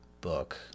book